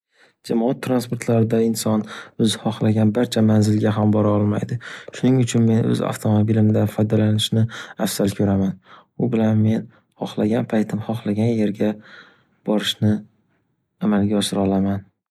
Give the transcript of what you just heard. Jamoat transportlarida inson o’zi xohlagan barcha manzilga ham bora olmaydi. Shuning uchun men o’z avtomabilimda foydalanishni afzal ko’raman. U bilan men xohlagan paytim xohlagan yerga borishni amalga oshira olaman.